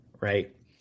right